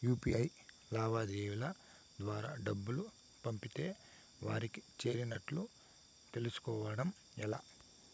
UPI లావాదేవీల ద్వారా డబ్బులు పంపితే వారికి చేరినట్టు తెలుస్కోవడం ఎలా?